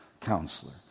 counselor